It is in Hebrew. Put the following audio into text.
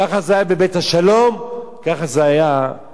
ככה זה היה בבית-השלום, ככה זה היה בבית-המכפלה